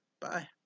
Bye